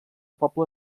poble